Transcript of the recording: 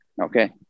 Okay